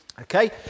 Okay